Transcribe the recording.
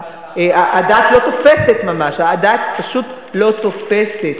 הדעת לא תופסת,